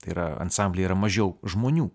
tai yra ansamblyje yra mažiau žmonių